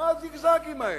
מה הזיגזגים האלה?